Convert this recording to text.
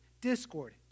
discord